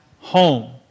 home